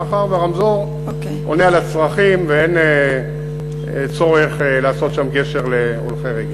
מאחר שהרמזור עונה על הצרכים אין צורך לעשות שם גשר להולכי רגל.